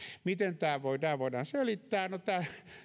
miten tämä voidaan voidaan selittää no tämä